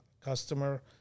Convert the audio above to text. Customer